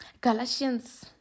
Galatians